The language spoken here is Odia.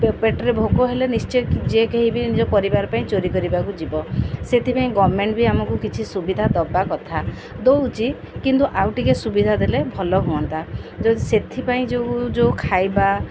ପେ ପେଟରେ ଭୋକ ହେଲେ ନିଶ୍ଚୟ ଯିଏ କେହି ବି ନିଜ ପରିବାର ପାଇଁ ଚୋରି କରିବାକୁ ଯିବ ସେଥିପାଇଁ ଗଭର୍ଣ୍ଣମେଣ୍ଟ୍ ବି ଆମକୁ କିଛି ସୁବିଧା ଦବା କଥା ଦଉଛି କିନ୍ତୁ ଆଉ ଟିକେ ସୁବିଧା ଦେଲେ ଭଲ ହୁଅନ୍ତା ଯ ସେଥିପାଇଁ ଯେଉଁ ଯେଉଁ ଖାଇବା